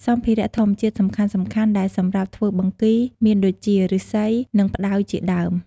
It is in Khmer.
សម្ភារៈធម្មជាតិសំខាន់ៗដែលសម្រាប់ធ្វើបង្គីមានដូចជា ឫស្សី និងផ្តៅជាដើម។